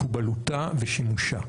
מקובלותה ושימושה.